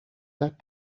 that